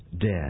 dead